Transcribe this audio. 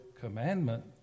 commandment